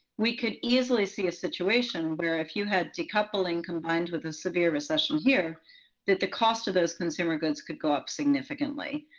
we could easily see a situation where if you had decoupling combined with a severe recession here that the cost of those consumer goods could go up significantly.